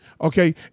okay